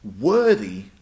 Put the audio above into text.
worthy